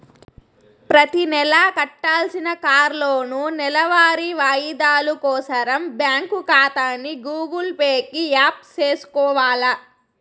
ప్రతినెలా కట్టాల్సిన కార్లోనూ, నెలవారీ వాయిదాలు కోసరం బ్యాంకు కాతాని గూగుల్ పే కి యాప్ సేసుకొవాల